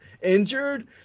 injured